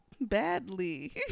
badly